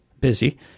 busy